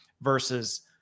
versus